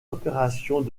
opérations